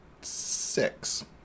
six